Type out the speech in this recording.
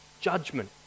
Judgment